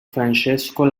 francesco